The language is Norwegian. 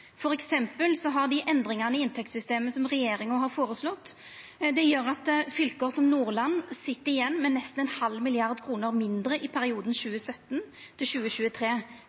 dei endringane i inntektssystemet som regjeringa har foreslått, at fylke som Nordland sit igjen med nesten ein halv milliard kroner mindre i perioden 2017–2023. Det må regjeringa ta ansvar for. Det driftsoverskotet som statsministeren refererer til